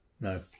no